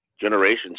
generations